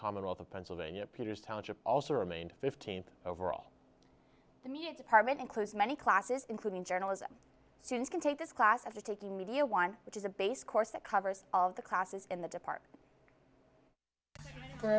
commonwealth of pennsylvania peter's teligent also remained fifteen overall the media department includes many classes including journalism students can take this class as a taking media one which is a base course that covers all the classes in the department for